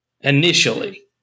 Initially